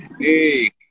Hey